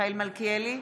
מיכאל מלכיאלי,